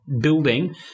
building